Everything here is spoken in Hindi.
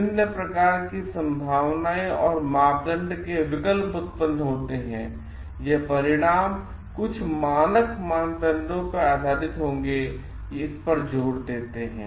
विभिन्न प्रकार की संभावनाएं और मापदंड के विकल्प उत्पन्न करते हैं यह परिणाम कुछ मानक मानदंडों पर आधारित होंगे इस पर जोर देते हैं